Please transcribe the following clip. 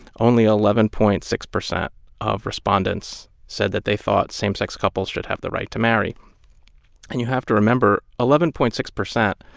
only eleven point six percent of respondents said that they thought same-sex couples should have the right to marry and you have to remember, eleven point six percent